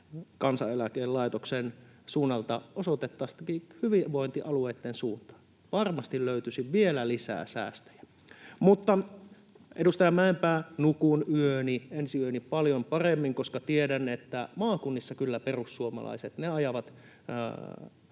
Kansaneläkelaitoksen suunnalta osoitettaisiin hyvinvointialueitten suuntaan. Varmasti löytyisi vielä lisää säästöjä. Mutta, edustaja Mäenpää, nukun ensi yöni paljon paremmin, koska tiedän, että maakunnissa kyllä perussuomalaiset ajavat